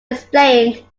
explained